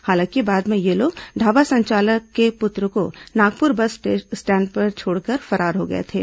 हालांकि बाद में ये लोग ढाबा संचालक के पुत्र को नागपुर बस स्टैंड में छोड़कर फरार हो गए थे